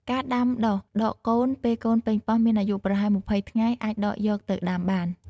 ការដាំដុះដកកូន ពេលកូនប៉េងប៉ោះមានអាយុប្រហែល ២០ ថ្ងៃ អាចដកយកទៅដាំបាន។